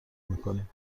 میکنیم